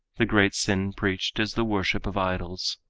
the great sin preached is the worship of idols.